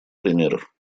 примеров